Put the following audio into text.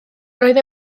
roedd